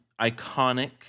iconic